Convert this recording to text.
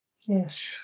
Yes